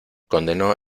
condenó